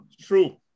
True